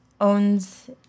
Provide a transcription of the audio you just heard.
owns